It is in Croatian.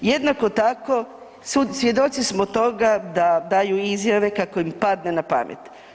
Jednako tako, svjedoci smo toga da daju izjave kako im padne na pamet.